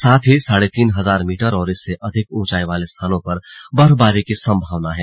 साथ ही साढ़े तीन हजार मीटर और इससे अधिक ऊंचाई वाले स्थानों पर बर्फबारी की संभावना है